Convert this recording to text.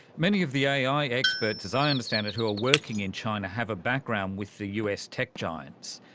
many of the ai experts, as i understand it, who are working in china, have a background with the us tech giants.